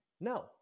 no